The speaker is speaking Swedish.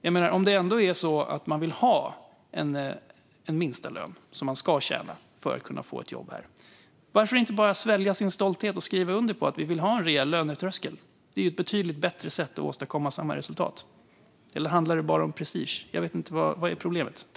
Om man ändå vill ha en lägsta lön som en person ska tjäna för att kunna få ett jobb här, varför inte bara svälja stoltheten och skriva under på att vi vill ha en rejäl lönetröskel? Det är ett betydligt bättre sätt att åstadkomma samma resultat. Eller handlar det bara om prestige? Vad är problemet?